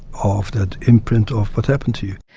of that imprint of what happened to you.